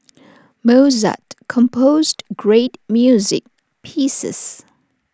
Mozart composed great music pieces